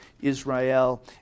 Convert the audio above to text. Israel